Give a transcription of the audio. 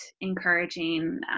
encouraging